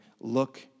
look